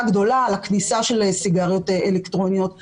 גדולה על הכניסה של סיגריות אלקטרוניות לישראל.